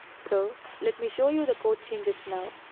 so let me show you the code changes now.